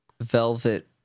velvet